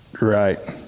Right